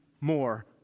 more